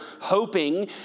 hoping